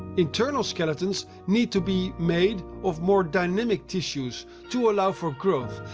internal skeletons need to be made of more dynamic tissues to allow for growth,